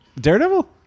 Daredevil